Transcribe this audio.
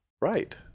Right